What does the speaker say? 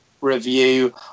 review